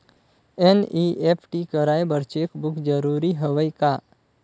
NEFT कराय बर cheque book जरूरी हवय का?